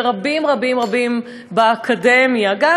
ורבים רבים רבים באקדמיה גם,